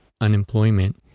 unemployment